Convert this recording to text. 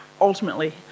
ultimately